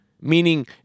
meaning